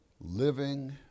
living